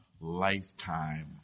lifetime